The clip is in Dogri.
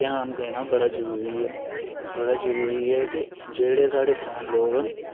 ध्यान देना बड़ा जरूरी ऐ बड़ा जरूरी एह् ऐ की जेह्ड़े साढ़े पराने लोक न